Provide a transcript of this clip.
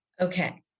okay